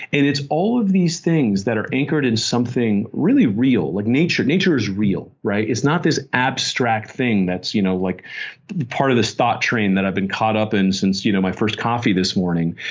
and it's all of these things that are anchored in something really real. like nature nature is real. right? it's not this abstract thing, that's you know like part of this thought train that i've been caught up in since you know my first coffee this morning.